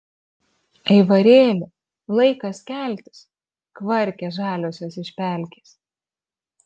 aivarėli laikas keltis kvarkia žaliosios iš pelkės